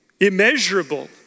immeasurable